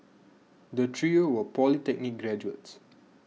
the trio were polytechnic graduates